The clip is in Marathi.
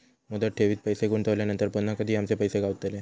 मुदत ठेवीत पैसे गुंतवल्यानंतर पुन्हा कधी आमचे पैसे गावतले?